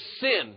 sin